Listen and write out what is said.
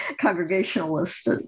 Congregationalist